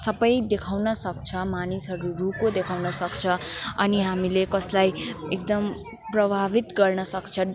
सबै देखाउन सक्छ मानिसहरू रोएको देखाउन सक्छ अनि हामीले कसलाई एकदम प्रभावित गर्न सक्छन्